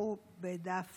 שנשלחו בדף